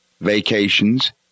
vacations